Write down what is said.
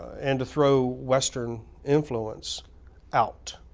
and to throw western influence out.